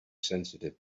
sensitive